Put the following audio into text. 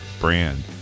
brand